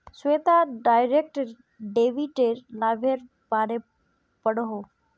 Shweta direct डेबिटेर लाभेर बारे पढ़ोहो